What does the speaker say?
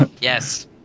Yes